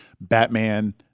Batman